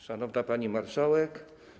Szanowna Pani Marszałek!